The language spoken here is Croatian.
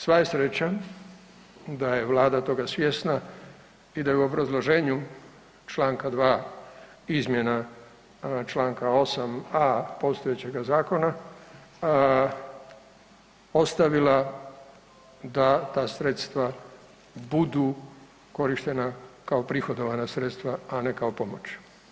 Sva je sreća da je Vlada toga svjesna i da u obrazloženju čl. 2. izmjena čl. 8.a postojećega zakona ostavila da ta sredstva budu korištena kao prihodovana sredstva, a ne kao pomoć.